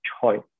choice